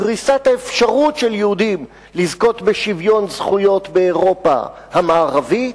קריסת האפשרות של יהודים לזכות בשוויון זכויות באירופה המערבית,